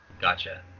Gotcha